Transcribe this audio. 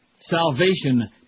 Salvation